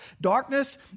Darkness